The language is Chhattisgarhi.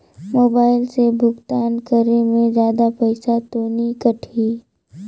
मोबाइल से भुगतान करे मे जादा पईसा तो नि कटही?